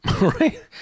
right